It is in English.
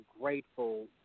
grateful